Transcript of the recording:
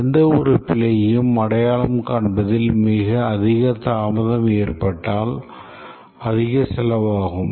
எந்தவொரு பிழையையும் அடையாளம் காண்பதில் அதிக தாமதம் ஏற்பட்டால் அதிக செலவாகும்